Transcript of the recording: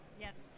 Yes